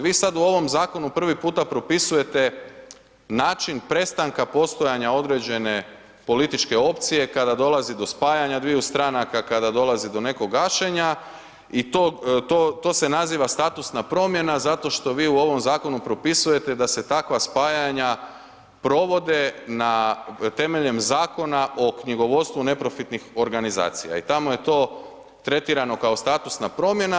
Vi sad u ovom zakonu prvi puta propisujete način prestanka postojanja određene političke opcije kada dolazi do spajanja dviju stranka, kada dolazi do nekog gašenja i to se naziva statusna promjena zato što vi u ovom zakonu propisujete da se takva spajanja provede temeljem Zakona o knjigovodstvu neprofitnih organizacija i tamo je to tretirano kao statusna promjena.